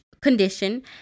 condition